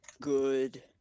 Good